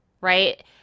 right